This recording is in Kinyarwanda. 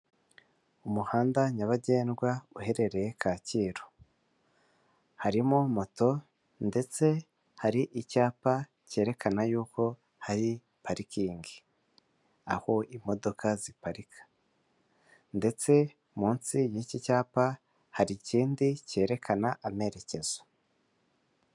Umuhanda nyabagendwa uherereye Kacyiru, harimo moto ndetse hari icyapa cyerekana yuko hari parikingi, aho imodoka ziparika ndetse munsi y'iki cyapa hari ikindi cyerekana amerekezo.